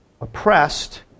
oppressed